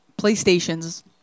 PlayStation's